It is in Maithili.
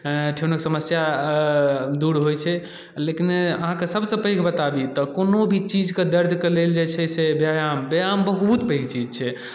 ठेहुनक समस्या दूर होइ छै लेकिन अहाँके सभसँ पैघ बताबी तऽ कोनो भी चीजके दर्दके लेल जे छै से व्यायाम व्यायाम बहुत पैघ चीज छै